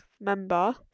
member